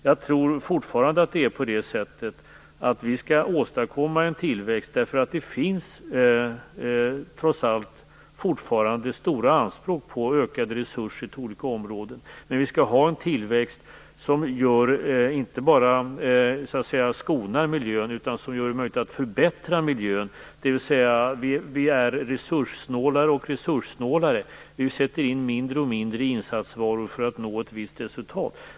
Jag tror fortfarande att vi skall åstadkomma en tillväxt, därför att det trots allt fortfarande finns stora anspråk på ökade resurser till olika områden. Men vi skall ha en tillväxt som inte bara skonar miljön, utan som gör det möjligt att förbättra den. Vi skall alltså bli alltmer resurssnåla, och vi skall sätta in allt mindre insatsvaror för att nå ett visst resultat.